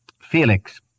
Felix